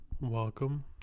welcome